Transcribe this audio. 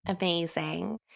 amazing